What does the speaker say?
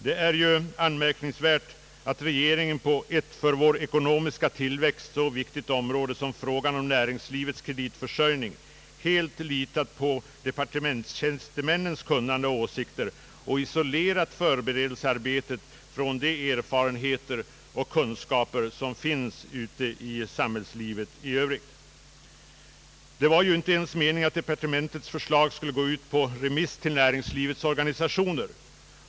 Det är anmärkningsvärt att regeringen på ett för vår ekonomiska tillväxt så viktigt område som när det gäller näringslivets kreditförsörjning helt har litat på departementstjänstemännens kunnande och åsikter och isolerat förberedelsearbetet från de erfarenheter och kunskaper som finns ute i samhällslivet i övrigt. Det var ju inte ens meningen att departementets förslag skulle gå ut på remiss till näringslivets organisationer.